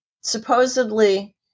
supposedly